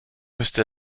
müsste